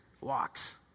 walks